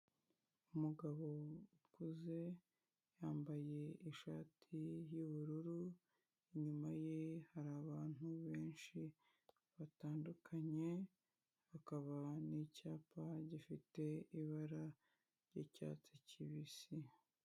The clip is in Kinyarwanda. Umugabo ukuze yambaye ishati y'ubururu, inyuma ye hari abantu benshi batandukanye hakaba n'icyapa gifite ibara ry'icyatsi kibisi.